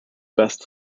best